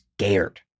scared